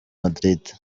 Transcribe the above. madrid